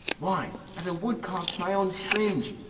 why, as a woodcock to my own springe,